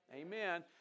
Amen